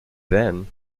then